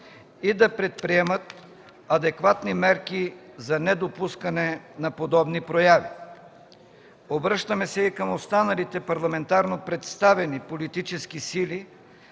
и да предприемат адекватни мерки за недопускане на подобни прояви. Обръщаме се и към останалите парламентарно представени политически сили